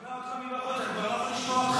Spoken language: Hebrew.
שומע אותך מבחוץ, אני כבר לא יכול לשמוע אותך.